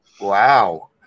Wow